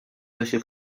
lesie